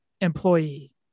employee